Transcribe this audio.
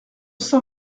cent